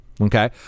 okay